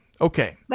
Okay